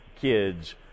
kids